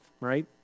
right